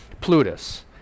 Plutus